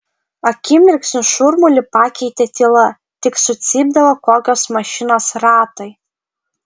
akimirksniu šurmulį pakeitė tyla tik sucypdavo kokios mašinos ratai